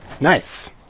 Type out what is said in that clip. Nice